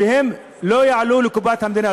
שהם לא יעלו לקופת המדינה,